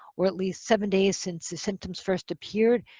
or at least seven days since the symptoms first appeared,